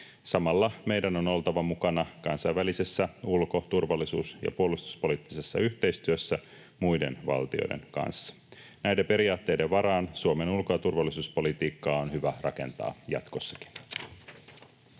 Samalla meidän on oltava mukana kansainvälisessä ulko‑, turvallisuus- ja puolustuspoliittisessa yhteistyössä muiden valtioiden kanssa. Näiden periaatteiden varaan Suomen ulko- ja turvallisuuspolitiikkaa on hyvä rakentaa jatkossakin.